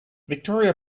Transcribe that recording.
victoria